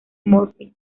murphy